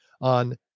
on